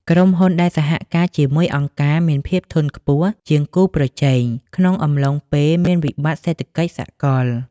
ក្រុមហ៊ុនដែលសហការជាមួយអង្គការ មានភាពធន់ខ្ពស់ជាងគូប្រជែងក្នុងកំឡុងពេលមានវិបត្តិសេដ្ឋកិច្ចសកល។